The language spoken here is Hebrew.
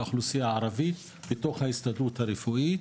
האוכלוסייה הערבית בתוך ההסתדרות הרפואית,